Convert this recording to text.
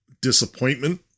disappointment